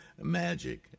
magic